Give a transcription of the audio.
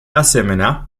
asemenea